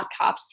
laptops